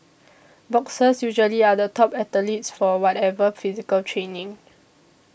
boxers usually are the top athletes for whatever physical training